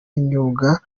imyuga